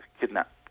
kidnap